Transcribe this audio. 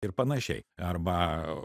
ir panašiai arba